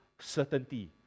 certainty